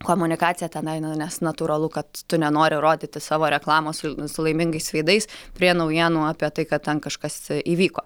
komunikaciją tenai nu nes natūralu kad tu nenori rodyti savo reklamos su laimingais veidais prie naujienų apie tai kad ten kažkas įvyko